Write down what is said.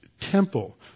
temple